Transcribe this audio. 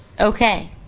Okay